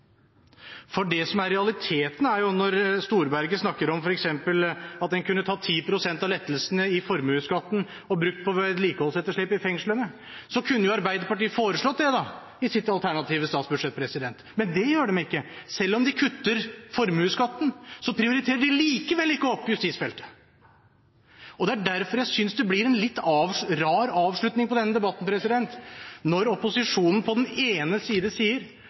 Realiteten er at når Storberget f.eks. snakker om at man kunne tatt 10 pst. av lettelsene i formuesskatten og brukt på vedlikeholdsetterslepet i fengslene, så kunne jo Arbeiderpartiet foreslått det i sitt alternative statsbudsjett. Men det gjør de ikke. Selv om de kutter formuesskatten, prioriterer de likevel ikke opp justisfeltet. Det er derfor jeg synes det blir en litt rar avslutning på denne debatten når opposisjonen sier at regjeringen bygger sitt arbeid på det tidligere regjeringer har gjort. Alt det gamle er egentlig bygget på den